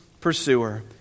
Pursuer